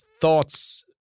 thoughts